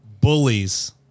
bullies